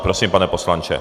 Prosím, pane poslanče.